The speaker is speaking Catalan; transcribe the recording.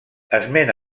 esment